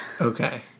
Okay